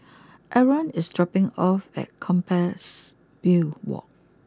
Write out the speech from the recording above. Arron is dropping off at Compassvale walk